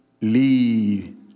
lead